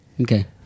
Okay